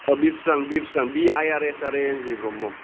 औ बिरस्रां बिरस्रां बिआईआरएसआरएएनजि ब्रह्म